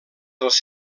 dels